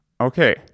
Okay